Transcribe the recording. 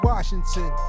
Washington